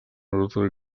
ordre